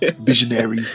visionary